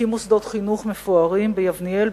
הקים מוסדות חינוך מפוארים ביבנאל,